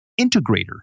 integrator